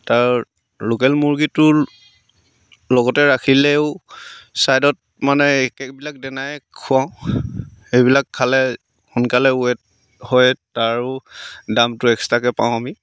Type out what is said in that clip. তাৰ লোকেল মুৰ্গীটো লগতে ৰাখিলেও ছাইডত মানে একেইবিলাক দানাই খুৱাওঁ সেইবিলাক খালে সোনকালে ৱেট হয় তাৰো দামটো এক্সট্ৰাকৈ পাওঁ আমি